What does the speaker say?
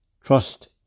trust